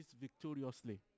victoriously